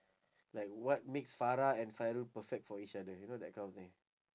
like what makes farah and fairul perfect for each other you know that kind of thing